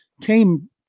came